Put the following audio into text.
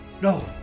No